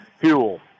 fuel